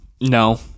No